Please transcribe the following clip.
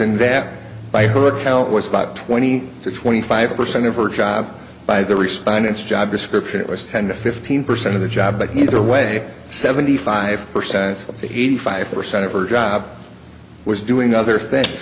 and that by hook count was about twenty to twenty five percent of her job by the respondents job description it was ten to fifteen percent of the job but either way seventy five percent of the eighty five percent of her job was doing other things